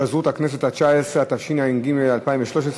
התפזרות הכנסת התשע-עשרה, התשע"ג 2013,